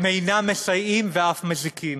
הם אינם מסייעים ואף מזיקים.